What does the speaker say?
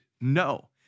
No